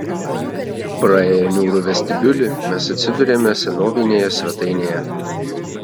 praėję niūrų vestibiulį mes atsiduriame senovinėje svetainėje